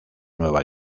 nueva